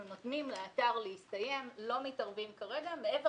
אנחנו נותנים לאתר לסיים את עבודתו ולא מתערבים כרגע מעבר